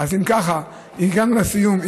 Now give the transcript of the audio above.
אם ככה, הגענו לסיום.